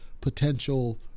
potential